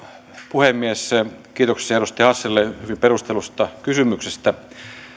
puhemies kiitoksia edustaja hassille hyvin perustellusta kysymyksestä